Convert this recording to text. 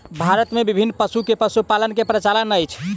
भारत मे विभिन्न पशु के पशुपालन के प्रचलन अछि